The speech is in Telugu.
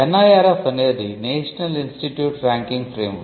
ఎన్ఐఆర్ఎఫ్ను సూచిస్తుంది